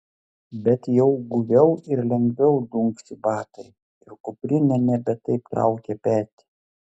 bet jau guviau ir lengviau dunksi batai ir kuprinė nebe taip traukia petį